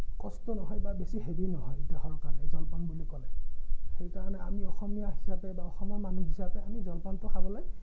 কষ্ট নহয় বা বেছি হেভী নহয় দেহৰ কাৰণে জলপান বুলি ক'লে সেইকাৰণে আমি অসমীয়া হিচাপে বা অসমৰ মানুহ হিচাপে আমাৰ জলপানটো খাবলৈ